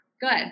good